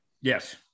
Yes